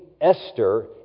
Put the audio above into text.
Esther